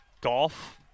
golf